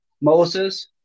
Moses